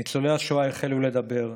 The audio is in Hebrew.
ניצולי השואה החלו לדבר,